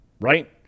right